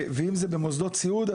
ואם זה במוסדות סיעוד,